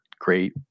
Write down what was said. great